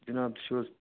جناب تُہۍ چھُو حظ